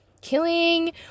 killing